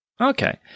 Okay